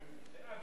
לאן,